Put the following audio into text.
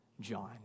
John